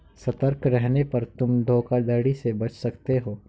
सतर्क रहने पर तुम धोखाधड़ी से बच सकते हो